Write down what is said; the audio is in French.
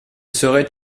serait